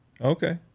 Okay